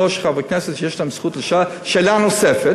שלושה חברי כנסת שיש להם זכות לשאול שאלה נוספת.